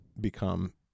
become